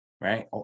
Right